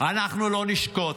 אנחנו לא נשקוט.